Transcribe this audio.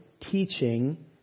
teaching